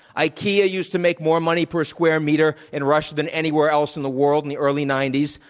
ikea used to make more money per square meter in russia than anywhere else in the world in the early ninety s.